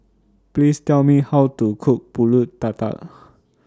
Please Tell Me How to Cook Pulut Tatal